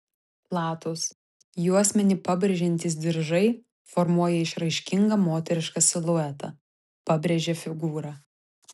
platūs juosmenį pabrėžiantys diržai formuoja išraiškingą moterišką siluetą pabrėžia figūrą